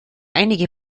einige